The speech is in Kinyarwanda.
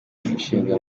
ishinga